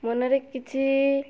ମନରେ କିଛି